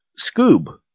Scoob